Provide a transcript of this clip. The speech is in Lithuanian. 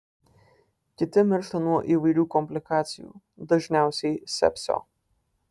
kiti miršta nuo įvairių komplikacijų dažniausiai sepsio